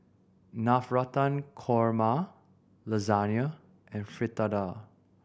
Navratan Korma Lasagna and Fritada